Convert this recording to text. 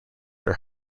are